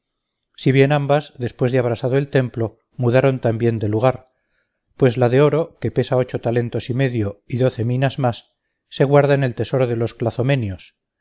si bien ambas después de abrasado el templo mudaron también de lugar pues la de oro que pesa ocho talentos y medio y doce minas más se guarda en el tesoro de los